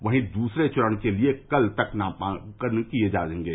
वहीं दूसरे चरण के लिए कल तक नामांकन किये जायेंगे